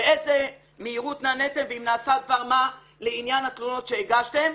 באיזו מהירות נעניתם ואם נעשה דבר מה בעניין התלונות שהגשתם.